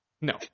No